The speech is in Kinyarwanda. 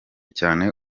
cyane